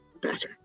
Better